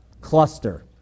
cluster